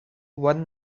one